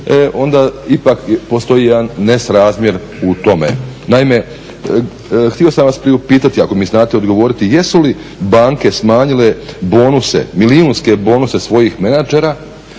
onda ipak postoji jedan nesrazmjer u tome. Naime, htio sam vas priupitati ako mi znate odgovoriti, jesu li banke smanjile milijunske bonuse svojih menadžera